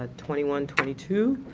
ah twenty one twenty two,